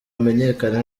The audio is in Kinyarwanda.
amenyekane